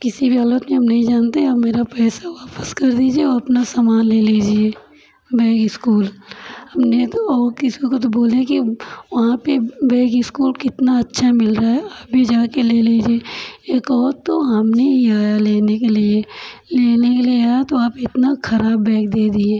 किसी भी हालत में हम नहीं जानते आप मेरा पैसा वापस कर दीजिए और अपना समान ले लीजिए बैग स्कूल हमने तो और किसी को तो बोला है कि वहाँ पे बैग इस्कूल कितना अच्छा मिल रहा है आप भी जाके ले लीजिए ये कहो तो हमने ही आया लेने के लिए लेने के लिए आया तो आप इतना खराब बैग दे दिए